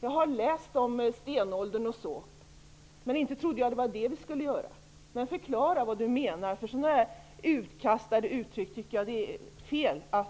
Jag har läst om stenåldern, men inte trodde jag att vi skulle gå tillbaka till den. Förklara vad som menas! Jag tycker att det är fel att